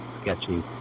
sketchy